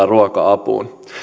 ruoka apuun